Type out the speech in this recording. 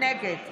נגד